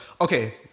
Okay